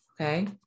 okay